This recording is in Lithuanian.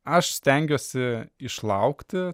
aš stengiuosi išlaukti